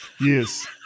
Yes